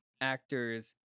actors